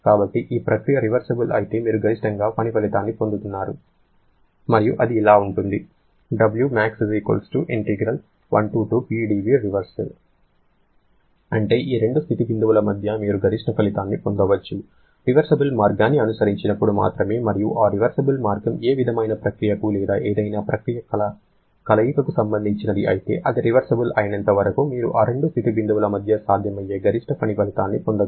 కాబట్టి ఈ ప్రక్రియ రివర్సిబుల్ అయితే మీరు గరిష్టంగా పని ఫలితాన్ని పొందబోతున్నారు మరియు అది ఇలా ఉంటుంది అంటే ఈ రెండు స్థితి బిందువుల మధ్య మీరు గరిష్ట ఫలితాన్ని పొందవచ్చు రివర్సిబుల్ మార్గాన్ని అనుసరించినప్పుడు మాత్రమే మరియు ఆ రివర్సిబుల్ మార్గం ఏ విధమైన ప్రక్రియకు లేదా ఏదైనా ప్రక్రియల కలయికకు సంబంధించినది అయితే అది రివర్సబుల్ అయినంత వరకు మీరు ఆ రెండు స్థితి బిందువుల మధ్య సాధ్యమయ్యే గరిష్ట పని ఫలితాన్ని పొందగలరు